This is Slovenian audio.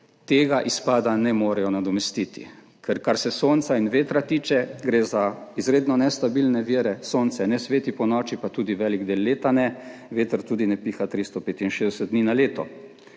tega izpada ne morejo nadomestiti, ker, kar se sonca in vetra tiče, gre za izredno nestabilne vire, sonce ne sveti ponoči, pa tudi velik del leta ne, veter tudi ne piha 365 dni na leto.